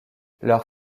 leurs